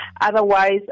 Otherwise